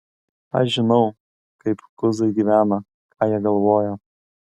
aš žinau kaip kuzai gyvena ką jie galvoja